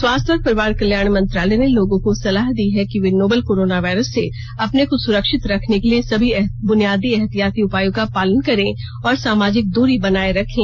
स्वास्थ्य और परिवार कल्याण मंत्रालय ने लोगों को सलाह दी है कि वे नोवल कोरोना वायरस से अपने को सुरक्षित रखने के लिए सभी बुनियादी एहतियाती उपायों का पालन करें और सामाजिक दूरी बनाए रखें